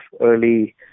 early